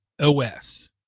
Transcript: OS